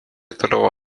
toliau